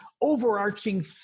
overarching